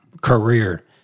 career